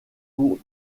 pour